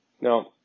Now